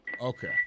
Okay